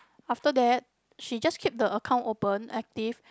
after that she just keep the account open active